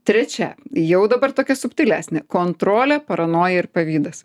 trečia jau dabar tokia subtilesnė kontrolė paranoja ir pavydas